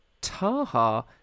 Taha